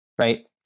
right